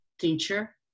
teacher